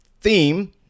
theme